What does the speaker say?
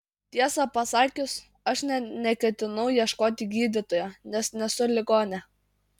tiesą pasakius aš nė neketinau ieškoti gydytojo nes nesu ligonė